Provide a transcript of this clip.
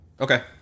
Okay